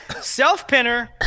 self-pinner